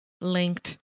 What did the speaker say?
linked